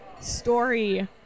story